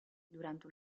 durante